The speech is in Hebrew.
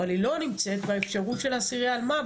אבל היא לא נמצאת באפשרות של אסירי האלמ"ב,